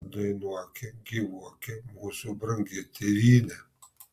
dainuoki gyvuoki mūsų brangi tėvyne